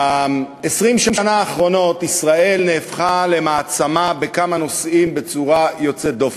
ב-20 שנה האחרונות נהפכה ישראל למעצמה בכמה נושאים בצורה יוצאת דופן.